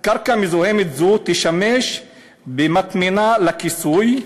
קרקע מזוהמת זו תשמש במטמנה לכיסוי,